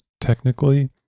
technically